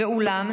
ואולם,